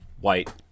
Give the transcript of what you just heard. white